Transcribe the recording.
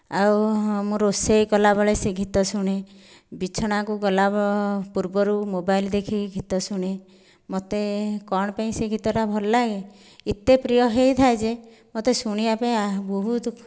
ଆଉ ହଁ ମୁଁ ରୋଷେଇ କଲାବେଳେ ସେ ଗୀତ ଶୁଣେ ବିଛଣାକୁ ଗଲା ପୂର୍ବରୁ ମୋବାଇଲ୍ ଦେଖିକି ଗୀତ ଶୁଣେ ମୋତେ କ'ଣ ପାଇଁ ସେ ଗୀତଟା ଭଲ ଲାଗେ ଏତେ ପ୍ରିୟ ହୋଇଥାଏ ଯେ ମୋତେ ଶୁଣିବା ପାଇଁ ଆଃ ବହୁତ